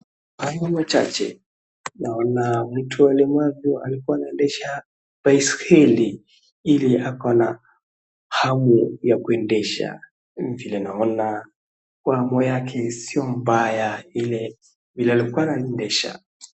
Kwa hayo machache naona mtu mlemavu alikua anaendesha baiskeli ili ako na hamu ya kuendesha. Vile naona mambo yake sio mbaya ile vile alikua anaendesha.